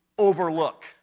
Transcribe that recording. overlook